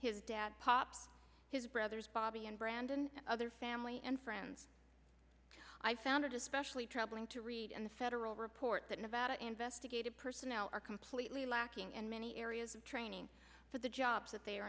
his dad pop his brothers bobby and brandon other family and friends i found especially troubling to read and the federal report that nevada investigated personnel are completely lacking in many areas of training for the jobs that they are